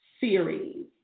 series